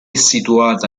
situata